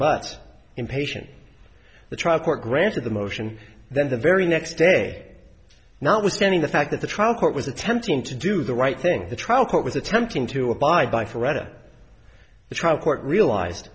but impatient the trial court granted the motion then the very next day notwithstanding the fact that the trial court was attempting to do the right thing the trial court was attempting to abide by for rather the trial court realized